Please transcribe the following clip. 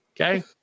okay